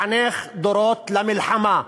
לחנך דורות למלחמה.